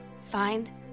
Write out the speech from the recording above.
find